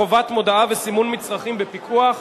חובת מודעה וסימון מצרים בפיקוח),